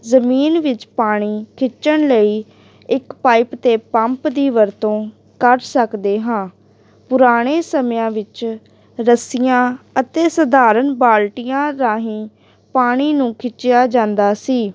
ਜ਼ਮੀਨ ਵਿੱਚ ਪਾਣੀ ਖਿੱਚਣ ਲਈ ਇੱਕ ਪਾਈਪ ਅਤੇ ਪੰਪ ਦੀ ਵਰਤੋਂ ਕਰ ਸਕਦੇ ਹਾਂ ਪੁਰਾਣੇ ਸਮਿਆਂ ਵਿੱਚ ਰੱਸੀਆਂ ਅਤੇ ਸਧਾਰਨ ਬਾਲਟੀਆਂ ਰਾਹੀਂ ਪਾਣੀ ਨੂੰ ਖਿੱਚਿਆ ਜਾਂਦਾ ਸੀ